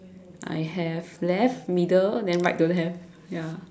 I have left middle then right don't have ya